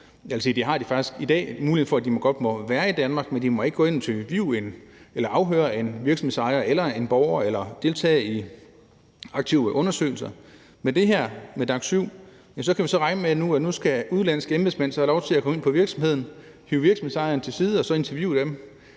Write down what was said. dag har de faktisk også mulighed for at være i Danmark, men de må ikke interviewe eller afhøre en virksomhedsejer eller en borger eller aktivt deltage i undersøgelser, men med DAC7 kan vi regne med, at udenlandske embedsmænd skal have lov til at gå ud på virksomheden, hive virksomhedsejeren til side og interviewe ham